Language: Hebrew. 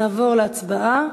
נעבור להצבעה.